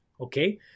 okay